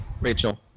Rachel